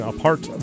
Apart